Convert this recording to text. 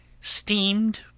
STEAMED